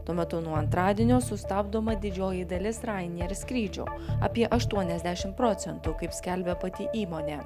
tuo metu nuo antradienio sustabdoma didžioji dalis ryanair skrydžių apie aštuoniasdešimt procentų kaip skelbia pati įmonė